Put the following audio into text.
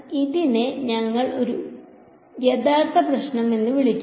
അതിനാൽ ഇതിനെ ഞങ്ങൾ ഒരു യഥാർത്ഥ പ്രശ്നം എന്ന് വിളിക്കും